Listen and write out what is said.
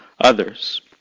others